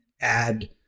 add